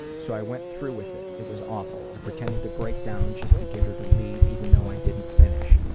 so i went through with it. it was awful. i pretended to break down just to get her to leave, even though i didn't finish.